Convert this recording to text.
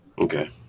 okay